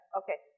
okay